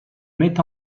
met